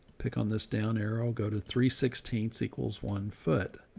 pick on this down arrow, go to three sixteen equals one foot.